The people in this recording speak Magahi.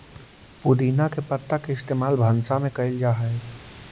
पुदीना के पत्ता के इस्तेमाल भंसा में कएल जा हई